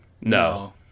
No